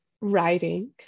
writing